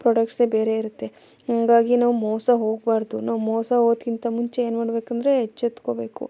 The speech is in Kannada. ಪ್ರೊಡಕ್ಟ್ಸೆ ಬೇರೆ ಇರುತ್ತೆ ಹಾಗಾಗಿ ನಾವು ಮೋಸ ಹೋಗ್ಬಾರ್ದು ನಾವು ಮೋಸ ಹೋಗೋದ್ಕಿಂತ ಮುಂಚೆ ಏನು ಮಾಡ್ಬೇಕೆಂದ್ರೆ ಎಚ್ಚೆತ್ಕೊಳ್ಬೇಕು